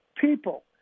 people